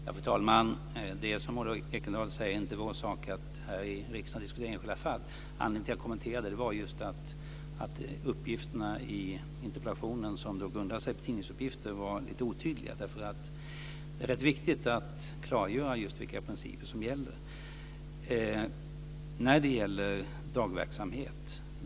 Fru talman! Det är, som Maud Ekendahl säger, inte vår sak att här i riksdagen diskutera enskilda fall. Anledningen till att jag kommenterade detta var att interpellationen grundade sig på tidningsuppgifter som var lite otydliga. Det är viktigt att klargöra vilka principer som gäller.